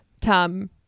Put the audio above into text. Tom